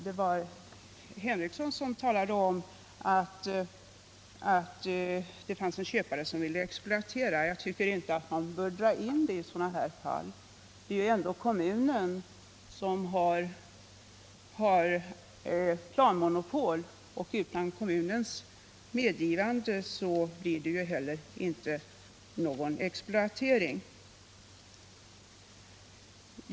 Herr Henrikson talade om att det fanns en köpare som ville exploatera. Jag tycker inte att man bör dra in detta, eftersom det ändå är kommunen som har planmonopol. Utan kommunens medgivande blir det inte heller någon exploatering.